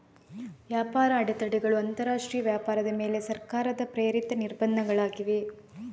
ವ್ಯಾಪಾರ ಅಡೆತಡೆಗಳು ಅಂತರಾಷ್ಟ್ರೀಯ ವ್ಯಾಪಾರದ ಮೇಲೆ ಸರ್ಕಾರ ಪ್ರೇರಿತ ನಿರ್ಬಂಧಗಳಾಗಿವೆ